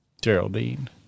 Geraldine